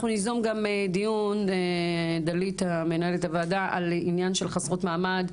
אנחנו ניזום גם דיון על עניין חסרות מעמד,